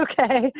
Okay